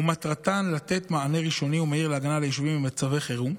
ומטרתן לתת מענה ראשוני ומהיר להגנה על היישובים במצבי חירום.